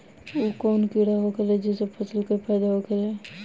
उ कौन कीड़ा होखेला जेसे फसल के फ़ायदा होखे ला?